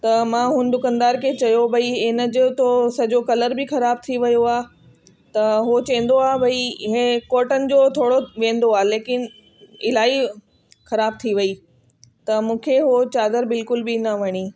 त मां हुन दुकानदार खे चयो भई हिनजो तो सॼो कलर बि थी वियो आहे त हो चवंदो आहे भई हीअ कॉटन जो थोरो वेंदो आहे लेकिन इलाही ख़राब थी वई त मूंखे हो चादरु बिल्कुलु बि न वणी